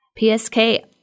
PSK